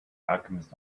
alchemist